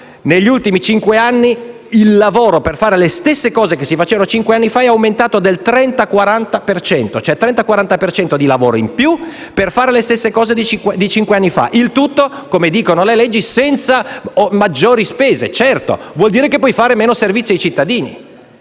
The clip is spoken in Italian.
negli ultimi cinque anni il lavoro per fare le stesse cose che si facevano in passato è aumentato del 30-40 per cento; 30-40 per cento di lavoro in più per fare le stesse cose di cinque anni fa. Il tutto avviene - come dicono le leggi - senza maggiori spese. Certo, ma ciò vuol dire che puoi offrire meno servizi ai cittadini: